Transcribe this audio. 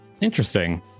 interesting